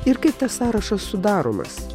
ir kaip tas sąrašas sudaromas